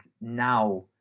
now